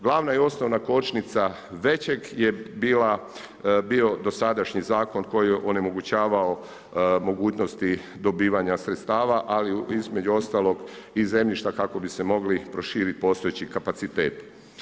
Glavna i osnovna kočnica većeg je bio dosadašnji zakon koji je onemogućavao mogućnosti dobivanja sredstava, ali između ostalog i zemljišta kako bi se mogli proširiti postojeći kapaciteti.